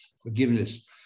forgiveness